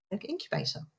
incubator